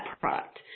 product